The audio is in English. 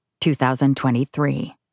2023